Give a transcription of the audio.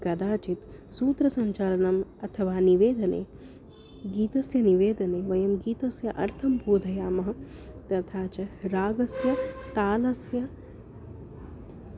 कदाचित् सूत्रसञ्चलनम् अथवा निवेदने गीतस्य निवेदने वयं गीतस्य अर्थं बोधयामः तथा च रागस्य तालस्य